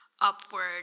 upward